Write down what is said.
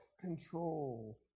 control